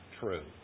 true